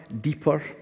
deeper